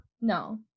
No